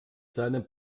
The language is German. seinem